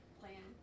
plan